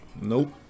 nope